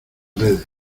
redes